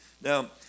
Now